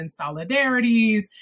solidarities